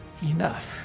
enough